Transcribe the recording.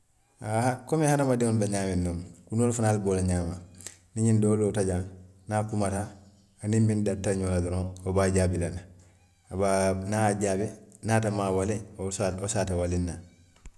Aa komu hadamadiŋo be ñaamiŋ nuŋ kunoolu fanaa be wo le ñaama, niŋ ñiŋ doo loota jaŋ niŋ a kumata, aniŋ miŋ dalita ñoŋ na doroŋ; wo be a jaabi la le a be a niŋ a ye a jaabi, niŋ ate maŋ a waliŋ, wo se wo se ate waliŋ naŋ